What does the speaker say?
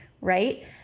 right